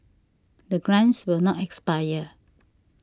the grants will not expire